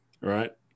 right